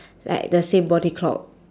like the same body clock